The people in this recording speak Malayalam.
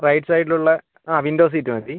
റൈറ്റ് സൈഡിൽ ഉള്ള ആ വിൻഡോ സീറ്റ് മതി